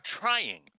trying